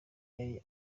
yari